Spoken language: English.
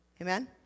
Amen